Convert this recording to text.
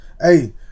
Hey